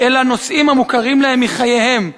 "אלא נושאים המוכרים להם מחייהם".